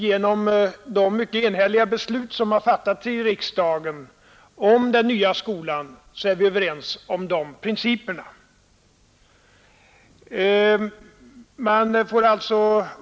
Genom de mycket enhälliga beslut som har fattats i riksdagen om den nya skolan tror jag vi är överens om dessa principer.